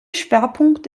schwerpunkt